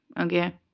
okay